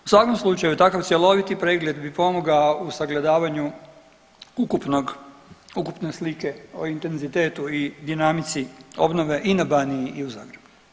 U svakom slučaju takav cjeloviti pregled bi pomogao u sagledavanju ukupnog, ukupne slike o intenzitetu i dinamici obnove i na Baniji i u Zagrebu.